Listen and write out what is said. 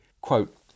Quote